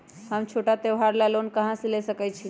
हम छोटा त्योहार ला लोन कहां से ले सकई छी?